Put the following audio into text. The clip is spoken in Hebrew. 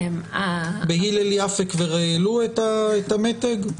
בהלל יפה כבר העלו את המתג?